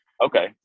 Okay